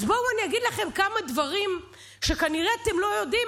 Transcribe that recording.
אז בואו אני אגיד לכם כמה דברים שכנראה אתם לא יודעים,